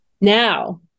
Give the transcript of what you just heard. Now